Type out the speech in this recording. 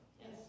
Yes